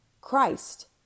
Christ